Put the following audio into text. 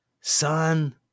Son